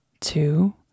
two